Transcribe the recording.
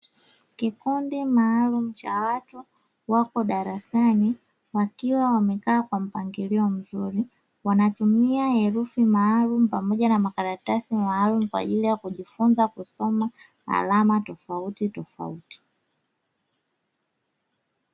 Kikundi maalumu cha watu wako darasani wakiwa wamekaa kwa mpangilio mzuri, wanatumia herufi maalumu pamoja na makaratasi maalumu kwa ajili ya kujifunza kusoma alama tofautitofauti.